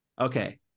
Okay